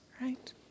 right